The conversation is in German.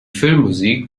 filmmusik